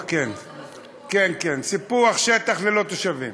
זה לא סיפוח, כן, כן, כן, סיפוח שטח ללא תושבים.